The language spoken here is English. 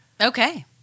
Okay